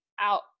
out